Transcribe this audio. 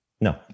No